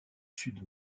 sud